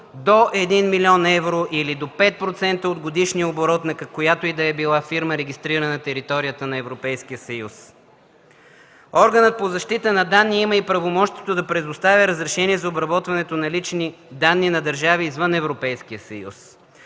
до 1 млн. евро или до 5% от годишния оборот на която и да била фирма, регистрирана на територията на Европейския съюз. Органът по защита на данни има и правомощията да предоставя разрешения за обработването на лични данни на държави извън Европейския съюз.